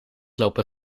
lopen